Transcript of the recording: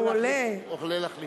הוא עולה להחליף אותי.